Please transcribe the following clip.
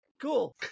cool